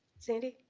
sandy